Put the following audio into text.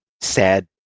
sad